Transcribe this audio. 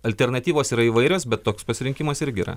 alternatyvos yra įvairios bet toks pasirinkimas irgi yra